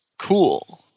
Cool